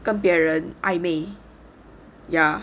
跟别人暧昧 ya